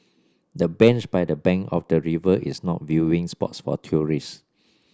the bench by the bank of the river is not viewing spots for tourist